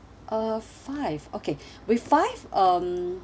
uh five okay with five um